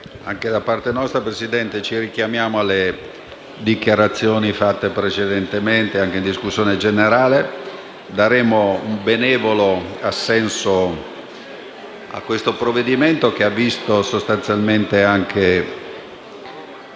anche noi ci richiamiamo alle dichiarazioni fatte precedentemente in discussione generale. Daremo benevolo assenso a questo provvedimento, che ha visto sostanzialmente anche